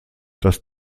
das